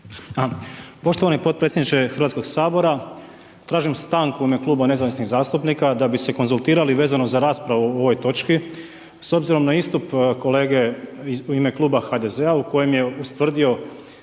Poštovani potpredsjedniče HS, tražim stanku u ime Kluba nezavisnih zastupnika da bi se konzultirali vezano za raspravu u ovoj točki s obzirom na istup kolege u ime Kluba HDZ-a u kojem je ustvrdio